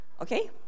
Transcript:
Okay